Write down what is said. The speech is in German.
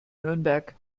nürnberg